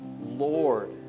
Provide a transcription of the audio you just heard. Lord